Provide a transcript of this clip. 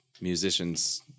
musicians